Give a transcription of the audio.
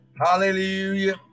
Hallelujah